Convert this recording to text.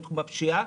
תחום הפשיעה.